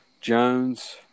Jones